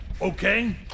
okay